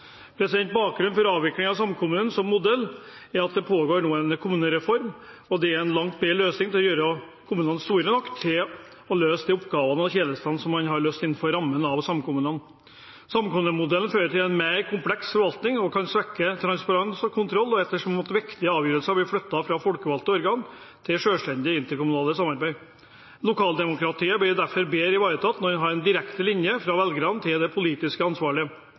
Bakgrunnen for avvikling av samkommunen som modell er at det nå pågår en kommunereform. Det er en langt bedre løsning å gjøre kommunene store nok til å løse de oppgavene og utføre de tjenestene som man har løst, innenfor rammen av en samkommune. Samkommunemodellen fører til en mer kompleks forvaltning og kan svekke transparens og kontroll ettersom viktige avgjørelser blir flyttet fra folkevalgte organ til et selvstendig interkommunalt samarbeid. Lokaldemokratiet blir derfor bedre ivaretatt når man har en direkte linje fra velgerne til det politiske